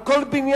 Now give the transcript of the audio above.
על כל בניין.